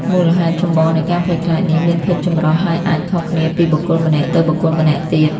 មូលហេតុចម្បងនៃការភ័យខ្លាចនេះមានភាពចម្រុះ ហើយអាចខុសគ្នាពីបុគ្គលម្នាក់ទៅបុគ្គលម្នាក់ទៀត។